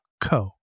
co